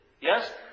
Yes